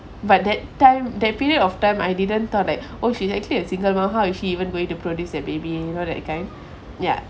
but that time that period of time I didn't thought oh she's actually a single mom how is she even going to produce a baby you know that kind ya